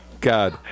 God